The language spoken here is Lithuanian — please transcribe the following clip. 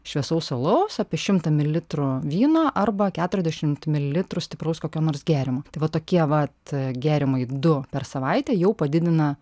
šviesaus alaus apie šimtą mililitrų vyno arba keturiasdešimt mililitrų stipraus kokio nors gėrimo tai vat tokie vat gėrimai du per savaitę jau padidina